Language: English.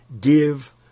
give